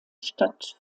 stadt